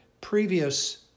previous